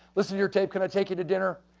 listen to your tape can i take you to dinner?